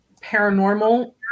paranormal